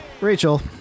Rachel